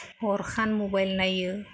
हर सान मबाइल नायो